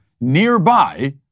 nearby